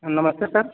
नमस्ते सर